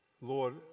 Lord